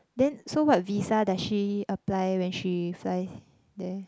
then so what visa does she apply when she fly there